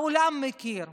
העולם מכיר,